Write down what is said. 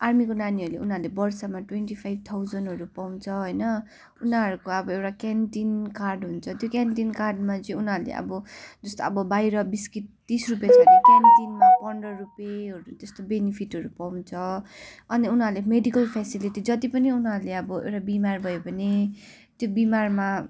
आर्मीको नानीहरूले उनीहरूले वर्षमा ट्वेन्टी फाइभ थाउजनहरू पाउँछ होइन उनीहरूको अब एउटा क्यान्टिन कार्डहरू हुन्छ त्यो क्यान्टिन कार्डमा चाहिँ उनीहरूले अब जस्तै अब बाहिर बिस्किट तिस रुपियाँ छ अरे क्यान्टिनमा पन्ध्र रुपियाँहरू त्यस्तो बेनिफिटहरू पाउँछ अनि उनीहरूले मेडिकल फ्यासिलिटिस जति पनि उनीहरूले अब एउटा बिमार भयो भने त्यो बिमारमा